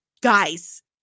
guys